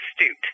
astute